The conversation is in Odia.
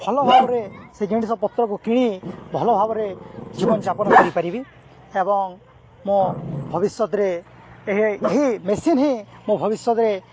ଭଲ ଭାବରେ ସେ ଜିନିଷପତ୍ରକୁ କିଣି ଭଲ ଭାବରେ ଜୀବନଯାପନ କରିପାରିବି ଏବଂ ମୁଁ ଭବିଷ୍ୟତରେ ଏହି ଏହି ମେସିନ୍ ହିଁ ମୁଁ ଭବିଷ୍ୟତରେ